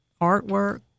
artwork